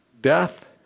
Death